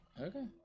Okay